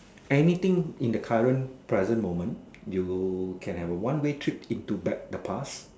anything in the current present moment you can have a one way trip into back the past